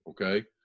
okay